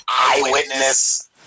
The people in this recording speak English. eyewitness